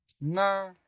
Nah